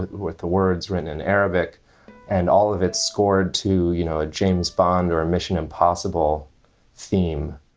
with the words written in arabic and all of its scored to, you know, a james bond or a mission impossible theme